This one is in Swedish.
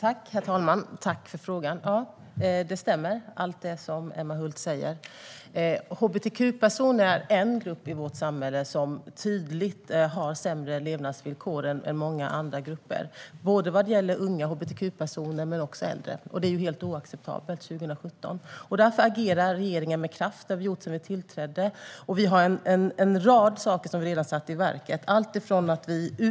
Herr talman! Jag tackar för frågan. Allt som Emma Hult säger stämmer. Hbtq-personer är en grupp i vårt samhälle som tydligt har sämre levnadsvillkor än många andra grupper. Det gäller både unga och äldre hbtqpersoner. Detta är helt oacceptabelt 2017. Därför agerar regeringen med kraft. Det har vi gjort sedan vi tillträdde. Vi har en rad saker som vi redan har satt i verket.